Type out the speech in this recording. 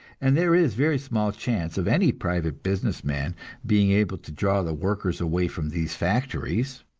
and there is very small chance of any private business man being able to draw the workers away from these factories.